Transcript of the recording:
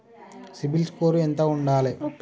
CIBIL score ఎంత ఉండాలే?